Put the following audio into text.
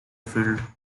field